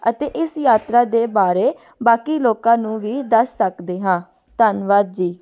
ਅਤੇ ਇਸ ਯਾਤਰਾ ਦੇ ਬਾਰੇ ਬਾਕੀ ਲੋਕਾਂ ਨੂੰ ਵੀ ਦੱਸ ਸਕਦੇ ਹਾਂ ਧੰਨਵਾਦ ਜੀ